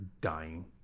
dying